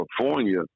California